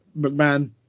McMahon